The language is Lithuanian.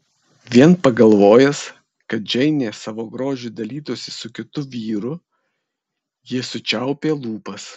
vien pagalvojęs kad džeinė savo grožiu dalytųsi su kitu vyru jis sučiaupė lūpas